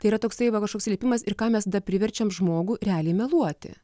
tai yra toksai va kažkoks slėpimas ir ką mes priverčiam žmogų realiai meluoti